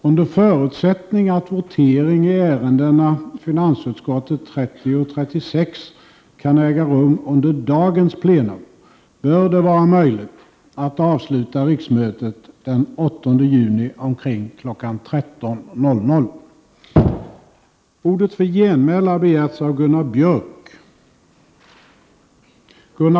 Under förutsättning att votering i ärendena FiU30 och FiU36 kan äga rum under dagens plenum bör det vara möjligt att avsluta riksmötet den 8 juni omkring kl. 13.00.